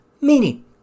meaning